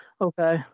okay